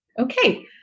Okay